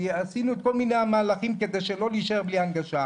עשינו כל מיני מהלכים כדי שלא נישאר בלי הנגשה.